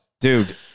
dude